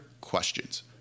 questions